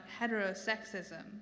heterosexism